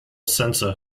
sensor